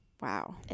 Wow